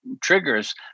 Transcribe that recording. triggers